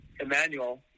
Emmanuel